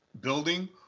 building